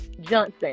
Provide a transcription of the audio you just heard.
Johnson